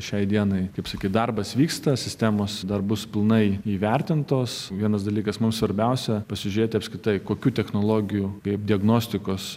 šiai dienai kaip sakyt darbas vyksta sistemos dar bus pilnai įvertintos vienas dalykas mums svarbiausia pasižiūrėti apskritai kokių technologijų kaip diagnostikos